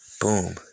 boom